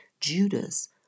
Judas